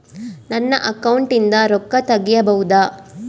ನನ್ನ ಅಕೌಂಟಿಂದ ರೊಕ್ಕ ತಗಿಬಹುದಾ?